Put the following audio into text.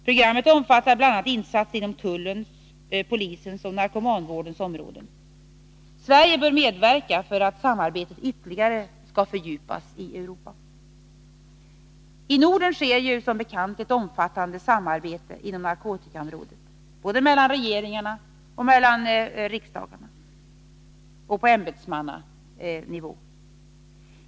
Programmet omfattar bl.a. insatser inom polisens, tullens och narkomanvårdens områden. Sverige bör verka för att samarbetet ytterligare skall fördjupas i Europa. I Norden sker som bekant ett omfattande samarbete inom narkotikaområdet, mellan regeringarna och riksdagarna och på ämbetsmannanivå.